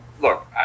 look